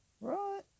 right